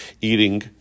eating